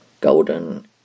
Golden